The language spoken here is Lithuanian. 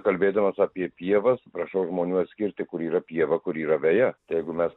kalbėdamas apie pievas prašau žmonių atskirti kur yra pieva kur yra veja tai jeigu mes